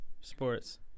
sports